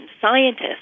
scientists